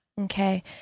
Okay